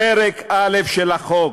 פרק א' של החוק,